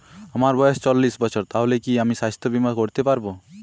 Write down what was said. আমার বয়স চল্লিশ বছর তাহলে কি আমি সাস্থ্য বীমা করতে পারবো?